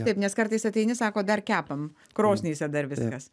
taip nes kartais ateini sako dar kepam krosnyse dar viskas